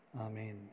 Amen